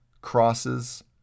crosses